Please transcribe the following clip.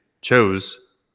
chose